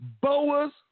boas